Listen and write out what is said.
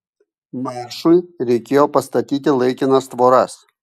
maršui reikėjo pastatyti laikinas tvoras